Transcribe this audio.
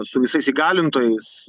su visais įgalintojais